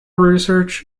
research